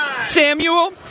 Samuel